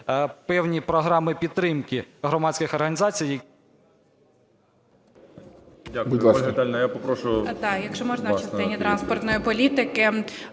певні програми підтримки громадських організацій…